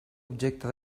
objecte